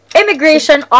immigration